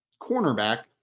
cornerback